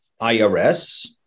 IRS